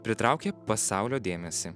pritraukė pasaulio dėmesį